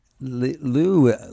lou